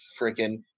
freaking